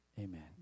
Amen